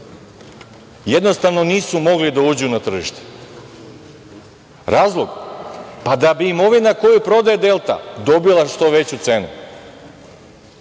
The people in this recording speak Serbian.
Jednostavno nisu mogli da uđu na tržište. Razlog? Da bi imovina koju prodaje „Delta“ dobila što veću cenu. Hajde